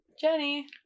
Jenny